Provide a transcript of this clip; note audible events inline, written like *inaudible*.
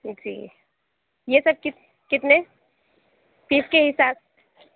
جی یہ سب *unintelligible* کتنے پیس کے حساب